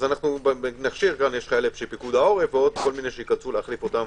יש גם חיילים בפיקוד העורף ועוד כל מיני שייכנסו להחליף אותם,